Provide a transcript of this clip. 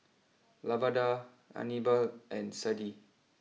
Lavada Anibal and Sadie